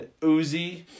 Uzi